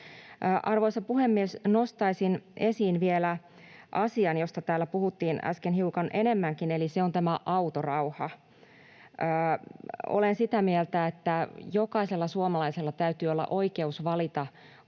Arvoisa puhemies! Nostaisin esiin vielä asian, josta täällä puhuttiin äsken hiukan enemmänkin, eli se on tämä autorauha. Olen sitä mieltä, että jokaisella suomalaisella täytyy olla oikeus valita